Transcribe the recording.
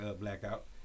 Blackout